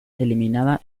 eliminada